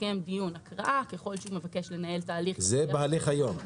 מתקיים דיון הקראה אם הוא מבקש לנהל את ההליך --- זה בהליך היום.